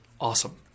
Awesome